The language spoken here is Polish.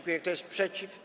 Kto jest przeciw?